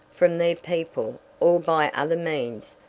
from their people, or by other means,